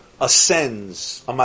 ascends